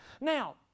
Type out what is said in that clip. Now